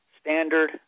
standard